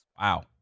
Wow